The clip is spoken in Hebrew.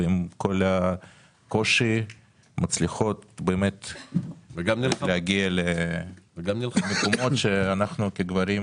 ולמרות כל הקושי מצליחות להגיע למקומות שאנחנו כגברים,